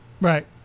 Right